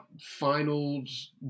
finals